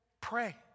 pray